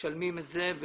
משלמים את זה.